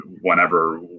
whenever